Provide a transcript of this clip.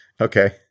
Okay